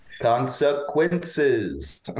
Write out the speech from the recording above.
Consequences